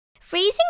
Freezing